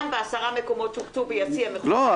גם בעשרה מקומות שהוקצו ביציע המכובדים -- לא,